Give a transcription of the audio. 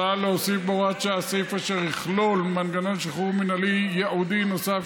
סעיף אשר יכלול מנגנון שחרור מינהלי ייעודי נוסף,